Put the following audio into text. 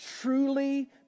Truly